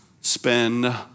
spend